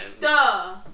duh